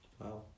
Wow